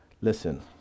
Listen